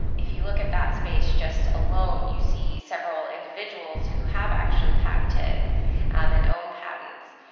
if you look at that space just alone you see several individuals who have actually patented and owned patents.